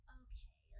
okay